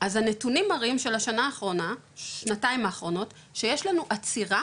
אז הנתונים מראים שלשנתיים האחרונות שיש לנו עצירה